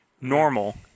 normal